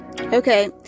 Okay